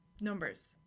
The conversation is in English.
Numbers